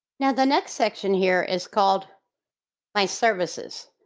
now the next section here is called my services.